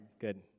good